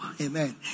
Amen